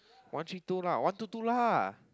one three two lah one two two lah